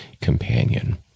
companion